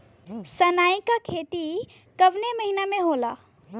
सनई का खेती कवने महीना में होला?